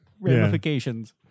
ramifications